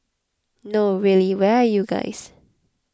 no really where are you guys